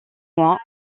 moins